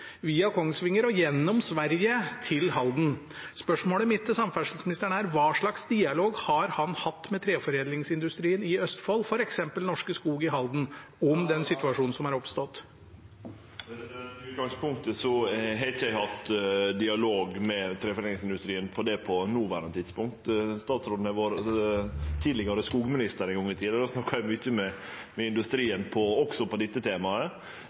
via Kongsvinger og gjennom Sverige til Halden. Spørsmålet mitt til samferdselsministeren er: Hva slags dialog har han hatt med treforedlingsindustrien i Østfold, f.eks. Norske Skog i Halden, om situasjonen som er oppstått? I utgangspunktet har eg ikkje hatt dialog med treforedlingsindustrien om det på noverande tidspunkt. Men statsråden har vore skogminister ein gong i tida, og då snakka eg mykje med industrien også om dette temaet.